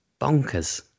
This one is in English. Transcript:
bonkers